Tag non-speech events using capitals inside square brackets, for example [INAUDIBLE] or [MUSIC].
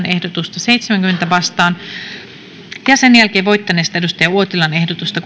[UNINTELLIGIBLE] ehdotusta kuuteen vastaan ja sen jälkeen voittaneesta ozan yanarin ehdotusta [UNINTELLIGIBLE]